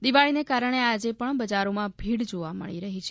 દિવાળીને કારણે આજે પણ બજારોમાં ભીડ જોવા મળી રહી છે